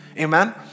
Amen